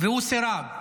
והוא סירב,